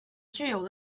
具有